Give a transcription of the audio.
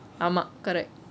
ஆமா:aama correct